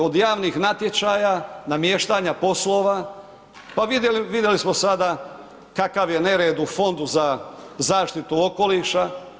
Od javnih natječaja, namještanja poslova, pa vidjeli smo sada kakav je nered u Fondu za zaštitu okoliša.